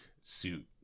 suit